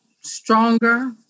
stronger